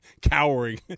cowering